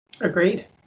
Agreed